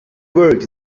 work